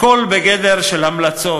הכול בגדר המלצות.